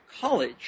college